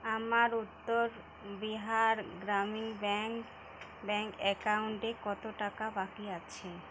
আমার Uttar Bihar Gramin bank bank অ্যাকাউন্টে কতো টাকা বাকি আছে